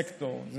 סקטור,